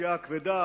הפשיעה הכבדה,